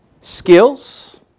skills